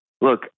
look